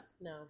no